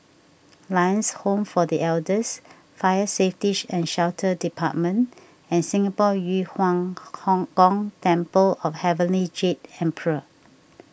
Lions Home for the Elders Fire Safety and Shelter Department and Singapore Yu Huang Gong Temple of Heavenly Jade Emperor